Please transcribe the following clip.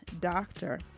Doctor